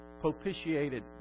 propitiated